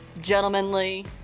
gentlemanly